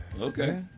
Okay